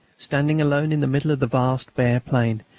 standing alone in the middle of the vast bare plain,